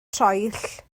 troell